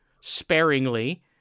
sparingly